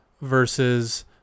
versus